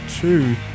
two